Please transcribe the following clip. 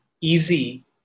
easy